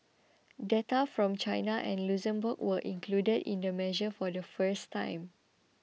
data from China and Luxembourg were included in the measure for the first time